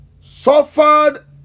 suffered